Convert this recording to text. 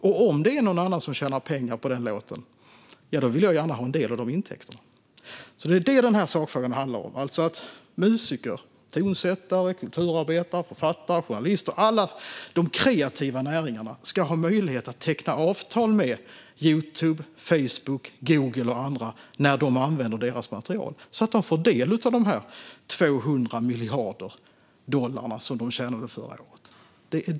Och om det är någon annan som tjänar pengar på låten vill jag gärna ha en del av intäkterna. Vad den här sakfrågan handlar om är alltså att musiker, tonsättare, kulturarbetare, författare, journalister - alla i de kreativa näringarna - ska ha möjlighet att teckna avtal med Youtube, Facebook, Google och andra när dessa använder deras material, så att de får del av de 200 miljarder dollar som företagen tjänade förra året.